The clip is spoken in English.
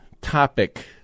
topic